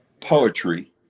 poetry